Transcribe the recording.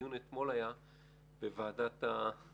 הדיון שהתקיים אתמול בוועדת החוקה.